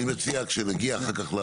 אני מציע כשנגיע אחר כך.